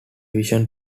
visual